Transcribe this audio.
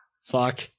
Fuck